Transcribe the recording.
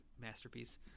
masterpiece